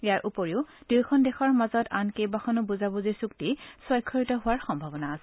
ইয়াৰ উপৰি দুয়োখন দেশৰ মাজত আন কেইবাখনো বুজাবুজি চুক্তি স্বাক্ষৰিত হোৱাৰ সম্ভাৱনা আছে